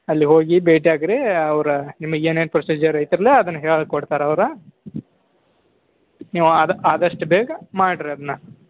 ಅಲ್ಲಿ ಹೋಗಿ ಭೇಟಿ ಆಗ್ರಿ ಅವ್ರು ನಿಮಗೆ ಏನೇನು ಪ್ರೊಸೀಜರ್ ಐತ್ರಲ್ಲ ಅದನ್ನು ಹೇಳಿ ಕೊಡ್ತಾರೆ ಅವ್ರು ನೀವು ಆದಷ್ಟು ಬೇಗ ಮಾಡ್ರಿ ಅದನ್ನ